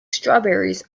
strawberries